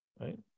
right